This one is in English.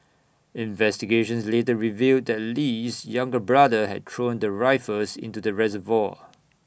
investigations later revealed that Lee's younger brother had thrown the rifles into the reservoir